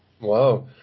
Wow